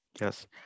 Yes